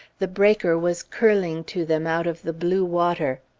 the breaker was curling to them out of the blue water.